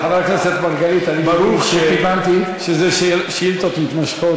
חבר הכנסת מרגלית, ברור שאלה שאילתות מתמשכות.